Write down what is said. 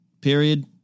period